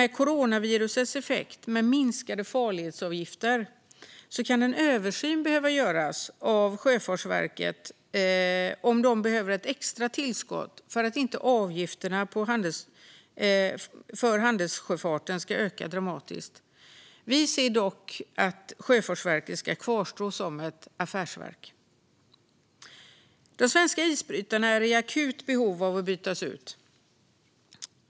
Med coronavirusets effekt med minskade farledsavgifter kan en översyn behöva göras huruvida Sjöfartsverket behöver ett extra tillskott för att avgifterna för handelssjöfarten inte ska öka dramatiskt. Vi avser dock att Sjöfartsverket ska kvarstå som ett affärsverk. De svenska isbrytarna är i akut behov av att bytas ut.